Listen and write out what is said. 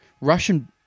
Russian